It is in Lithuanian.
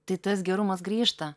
tai tas gerumas grįžta